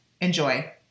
Enjoy